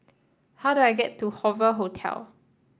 how do I get to Hoover Hotel